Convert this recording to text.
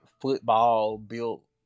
football-built